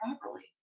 properly